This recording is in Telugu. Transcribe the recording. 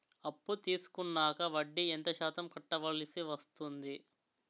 అప్పు తీసుకున్నాక వడ్డీ ఎంత శాతం కట్టవల్సి వస్తుంది?